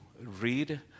read